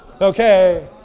Okay